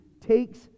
takes